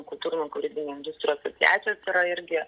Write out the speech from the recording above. kultūrinių kūrybinių industrijų asocijacijos yra irgi